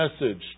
message